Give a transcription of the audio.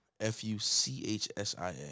F-U-C-H-S-I-A